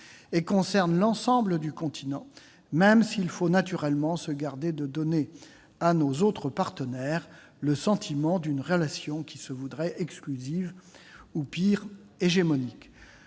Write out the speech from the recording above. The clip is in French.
Ils concernent l'ensemble du continent, même s'il faut naturellement se garder de donner à nos autres partenaires le sentiment d'une relation qui se voudrait exclusive ou, pire, hégémonique.